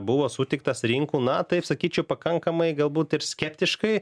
buvo sutiktas rinkų na taip sakyčiau pakankamai galbūt ir skeptiškai